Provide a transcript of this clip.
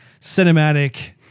cinematic